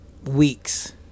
Weeks